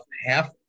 half